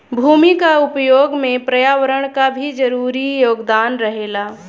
भूमि क उपयोग में पर्यावरण क भी जरूरी योगदान रहेला